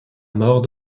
mort